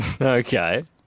Okay